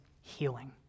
healing